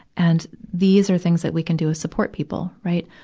and these are things that we can do as support people, right.